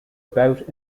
about